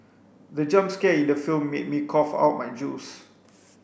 the jump scare in the film made me cough out my juice